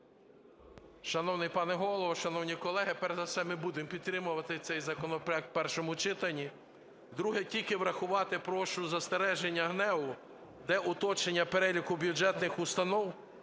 Шановний пане Голово, шановні колеги! Перш за все, ми будемо підтримувати цей законопроект в першому читанні. Друге – тільки врахувати прошу застереження ГНЕУ, де уточнення переліку бюджетних установ,